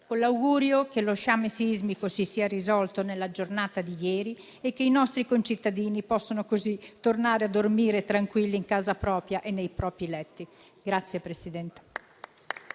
con l'augurio che lo sciame sismico si sia risolto nella giornata di ieri e i nostri concittadini possano così tornare a dormire tranquilli in casa propria e nei propri letti.